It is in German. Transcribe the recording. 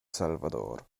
salvador